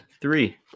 three